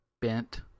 bent